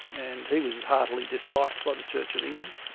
and he was heartily disliked by the church of england.